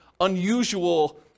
unusual